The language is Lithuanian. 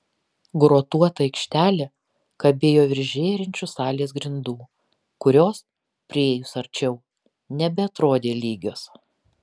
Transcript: grotuota aikštelė kabėjo virš žėrinčių salės grindų kurios priėjus arčiau nebeatrodė lygios